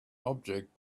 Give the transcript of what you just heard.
object